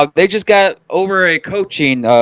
ah they just got over a coaching.